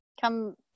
come